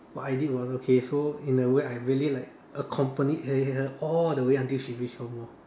what I did was okay so in a way I really like accompanied her her all the way until she reached home lor